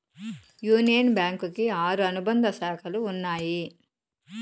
union bank కి ఆరు అనుబంధ శాఖలు ఉన్నాయి